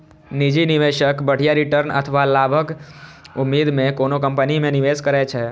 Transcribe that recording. निजी निवेशक बढ़िया रिटर्न अथवा लाभक उम्मीद मे कोनो कंपनी मे निवेश करै छै